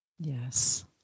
Yes